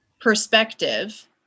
perspective